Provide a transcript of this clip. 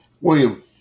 William